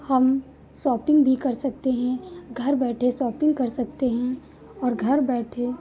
हम शौपिंग भी कर सकते हैं घर बैठे शौपिंग कर सकते हैं और घर बैठे